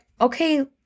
okay